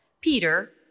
Peter